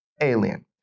alien